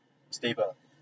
stable